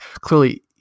clearly